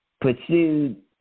pursued